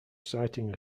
sighting